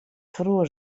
vroor